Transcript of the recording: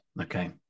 Okay